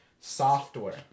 software